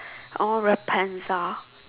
or Rapunzel